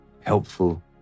helpful